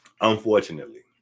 Unfortunately